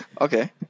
Okay